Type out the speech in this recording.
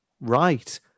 Right